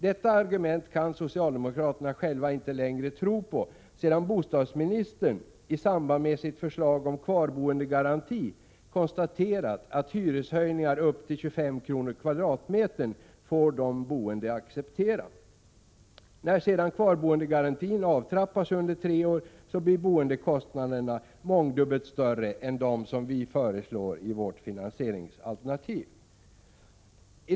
Detta argument kan socialdemokraterna själva inte längre tro på, sedan bostadsministern i samband med sitt förslag om kvarboendegaranti konstaterat att hyreshöjningar upp till 25 kr. per kvadratmeter för de boende är acceptabla. När sedan kvarboendegarantierna avtrappas under tre år så blir boendekostnadsökningarna mångdubbelt större än de som vi föreslår i vårt finansieringsalternativ. Herr talman!